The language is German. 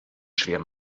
schwer